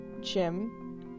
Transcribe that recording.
Jim